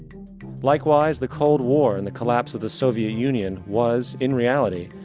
likewise the cold war and the collapse of the soviet union was, in reality,